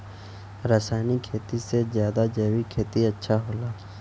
रासायनिक खेती से ज्यादा जैविक खेती अच्छा होला